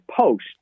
post